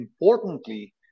importantly